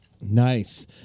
Nice